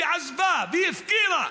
שעזבה והפקירה